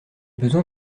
besoin